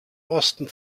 osten